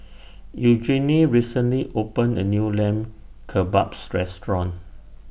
Eugenie recently opened A New Lamb Kebabs Restaurant